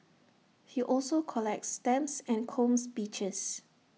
he also collects stamps and combs beaches